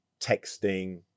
texting